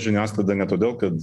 žiniasklaida ne todėl kad